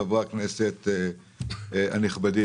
חברי הכנסת הנכבדים,